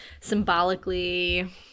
symbolically